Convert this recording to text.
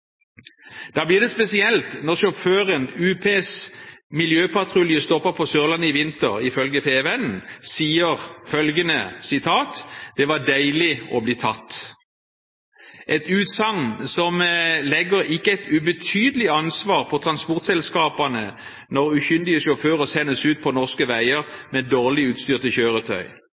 Da blir det spesielt når sjåføren UPs miljøpatrulje stoppet på Sørlandet i vinter, ifølge Fædrelandsvennen sier at det var deilig å bli tatt – et utsagn som legger et ikke ubetydelig ansvar på transportselskapene, når ukyndige sjåfører sendes ut på norske veier med dårlig utstyrte kjøretøy.